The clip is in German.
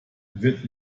wird